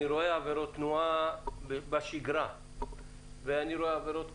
אני רואה עבירות תנועה בשגרה ואני רואה עבירות קשות,